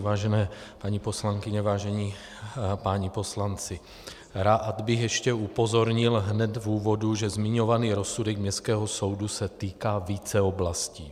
Vážené paní poslankyně, vážení páni poslanci, rád bych ještě upozornil hned v úvodu, že zmiňovaný rozsudek městského soudu se týká více oblastí.